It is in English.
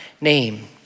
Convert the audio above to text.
name